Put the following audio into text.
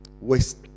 Waste